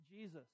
Jesus